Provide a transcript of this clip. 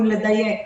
אם לדייק.